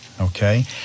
Okay